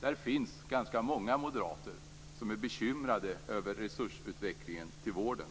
Där finns ganska många moderater som är bekymrade över resursutvecklingen till vården.